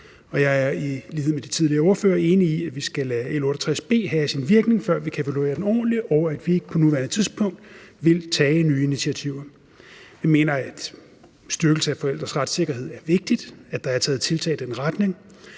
ordførere enig i, at vi skal lade L 68 B få sin virkning, før vi kan evaluere den ordentligt, og at vi ikke på nuværende tidspunkt vil tage nye initiativer. Vi mener, at styrkelse af forældres retssikkerhed er vigtigt, at der er taget tiltag i den retning,